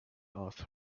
asked